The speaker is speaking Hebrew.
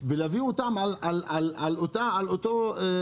להביא אותן על אותו בסיס,